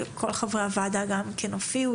כל חברי הוועדה הופיעו,